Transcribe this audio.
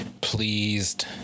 pleased